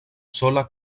sola